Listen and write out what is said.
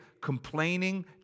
complaining